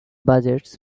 budgets